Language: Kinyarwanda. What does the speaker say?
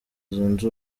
zunze